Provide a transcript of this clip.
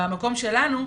במקום שלנו,